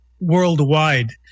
worldwide